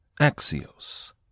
Axios